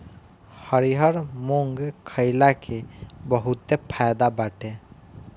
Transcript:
हरिहर मुंग खईला के बहुते फायदा बाटे